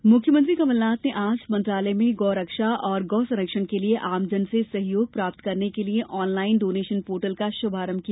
गौरक्षा मुख्यमंत्री कमल नाथ ने आज मंत्रालय में गौ रक्षा और गौ संरक्षण के लिए आमजन से सहयोग प्राप्त करने के लिए ऑनलाइन डोनेशन पोर्टल का शुभारंभ किया